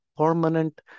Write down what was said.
permanent